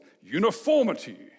uniformity